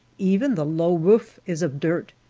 even the low roof is of dirt.